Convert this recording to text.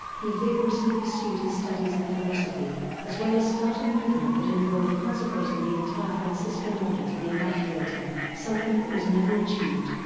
he vigorously pursued his studies in philosophy as well as start a movement that involved consecrating the entire franciscan order to the imaculata, something that was never achieved.